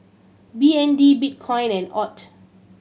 B N D Bitcoin and AUD